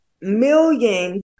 million